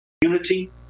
unity